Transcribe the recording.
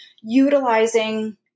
utilizing